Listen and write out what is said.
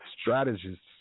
strategists